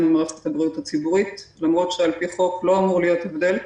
במערכת הבריאות הציבורית למרות שעל פי חוק לא אמור להיות הבדל.